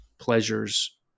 pleasures